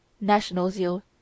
national-zeal